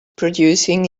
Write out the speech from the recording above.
producing